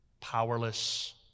powerless